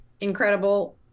incredible